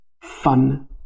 fun